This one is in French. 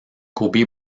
kobe